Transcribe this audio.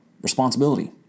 responsibility